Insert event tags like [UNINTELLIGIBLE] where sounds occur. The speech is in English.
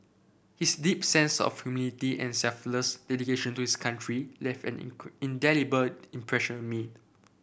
his deep sense of humility and selfless dedication to his country left an [UNINTELLIGIBLE] indelible impression me